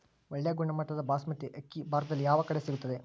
ಒಳ್ಳೆ ಗುಣಮಟ್ಟದ ಬಾಸ್ಮತಿ ಅಕ್ಕಿ ಭಾರತದಲ್ಲಿ ಯಾವ ಕಡೆ ಸಿಗುತ್ತದೆ?